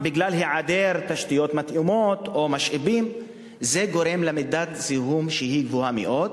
היעדר תשתיות מתאימות או משאבים גורם למידת זיהום גבוהה מאוד.